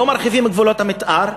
לא מרחיבים את גבולות המתאר,